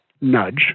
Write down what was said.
nudge